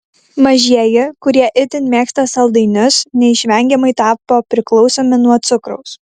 mažieji kurie itin mėgsta saldainius neišvengiamai tapo priklausomi nuo cukraus